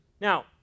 Now